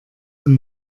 und